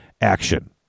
action